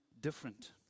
different